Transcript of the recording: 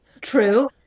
True